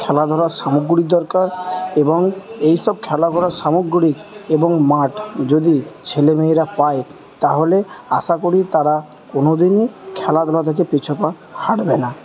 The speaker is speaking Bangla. খেলাধুলার সামগ্রীর দরকার এবং এই সব খেলা করার সামগ্রী এবং মাঠ যদি ছেলে মেয়েরা পায় তাহলে আশা করি তারা কোনোদিনই খেলাধুলা থেকে পিছু পা হাঁটবে না